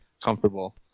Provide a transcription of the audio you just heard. comfortable